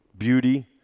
beauty